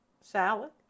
salad